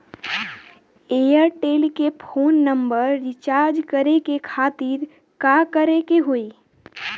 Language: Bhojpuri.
एयरटेल के फोन नंबर रीचार्ज करे के खातिर का करे के होई?